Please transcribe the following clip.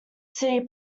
city